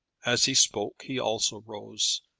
as he spoke he also rose,